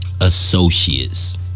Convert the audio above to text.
Associates